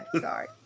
Sorry